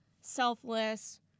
selfless